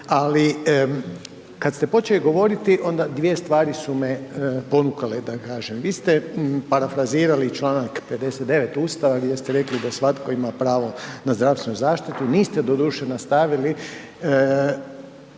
ali kad ste počeli govoriti onda dvije stvari su me ponukale da kažem. Vi ste parafrazirali čl. 59 Ustava gdje ste rekli da svatko ima pravo na zdravstvenu zaštitu, niste doduše nastavili